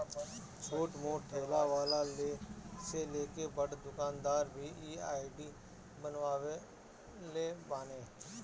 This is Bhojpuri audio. छोट मोट ठेला वाला से लेके बड़ दुकानदार भी इ आई.डी बनवले बाने